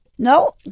No